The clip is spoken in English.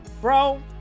Bro